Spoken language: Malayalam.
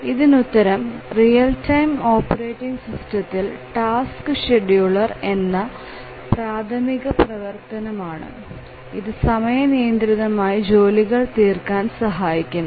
ഇതിനുത്തരം റിയൽ ടൈം ഓപ്പറേറ്റിംഗ് സിസ്റ്റത്തിൽ ടാസ്ക് ഷെഡ്യൂളർ എന്ന പ്രാഥമിക പ്രവർത്തനമാണ് ഇത് സമയം നിയന്ത്രിതമായി ജോലികൾ തീർക്കാൻ സഹായിക്കുന്നു